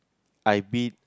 I be